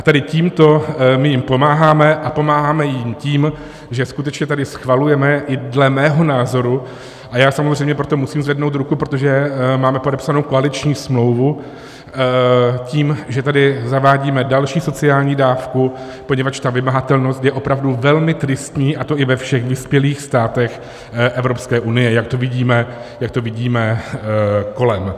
Tady tímto my jim pomáháme, a pomáháme jim tím, že skutečně tady schvalujeme i dle mého názoru a já samozřejmě pro to musím zvednout ruku, protože máme podepsanou koaliční smlouvu tím, že tady zavádíme další sociální dávku, poněvadž vymahatelnost je opravdu velmi tristní, a to i ve všech vyspělých státech Evropské unie, jak to vidíme kolem.